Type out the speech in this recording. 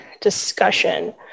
discussion